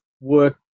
work